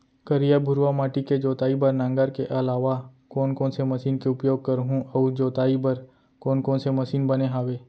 करिया, भुरवा माटी के जोताई बर नांगर के अलावा कोन कोन से मशीन के उपयोग करहुं अऊ जोताई बर कोन कोन से मशीन बने हावे?